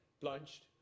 plunged